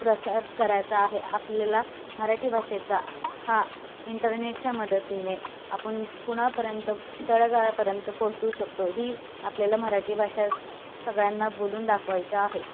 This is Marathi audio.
प्रसार करायचा आहे आपल्याला मराठी भाषेचा हा इंटरनेटच्या मदतीने आपण कुणापर्यंत तळागाळापर्यंत पोचवू शकतो ही आपल्याला मराठी भाषा सगळ्यांना बोलून दाखवायचं आहे